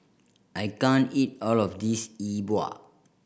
I can't eat all of this Yi Bua